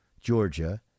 Georgia